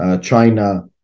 China